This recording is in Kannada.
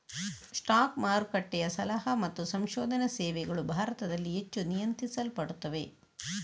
ಸ್ಟಾಕ್ ಮಾರುಕಟ್ಟೆಯ ಸಲಹಾ ಮತ್ತು ಸಂಶೋಧನಾ ಸೇವೆಗಳು ಭಾರತದಲ್ಲಿ ಹೆಚ್ಚು ನಿಯಂತ್ರಿಸಲ್ಪಡುತ್ತವೆ